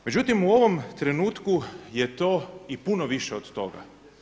Međutim u ovom trenutku je to i puno više od toga.